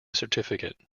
certificate